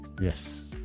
Yes